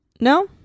No